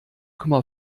komma